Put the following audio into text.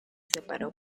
separó